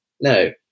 no